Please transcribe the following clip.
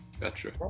Gotcha